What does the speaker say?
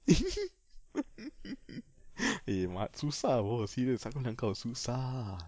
eh mat susah bro serious aku cakap dengan kau susah